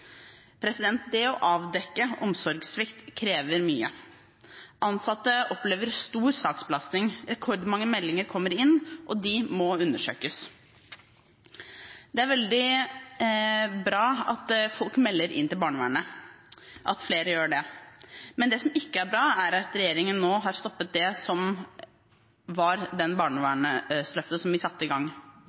Det å avdekke omsorgssvikt krever mye. Ansatte opplever stor saksbelastning; rekordmange meldinger kommer inn, og de må undersøkes. Det er veldig bra at folk melder inn til barnevernet, at flere gjør det, men det som ikke er bra, er at regjeringen nå har stoppet det barnevernsløftet som vi satte i gang.